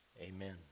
Amen